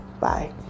Bye